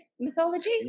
mythology